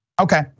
Okay